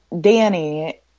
Danny